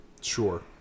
Sure